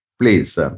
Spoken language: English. please